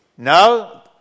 Now